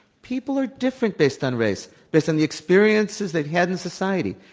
people are different based on race, based on the experiences they've had in society.